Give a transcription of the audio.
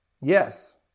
Yes